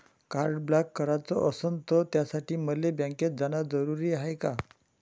Card block कराच असनं त त्यासाठी मले बँकेत जानं जरुरी हाय का?